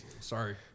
Sorry